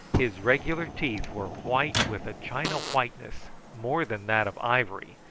his regular teeth were white with a china whiteness, more than that of ivory,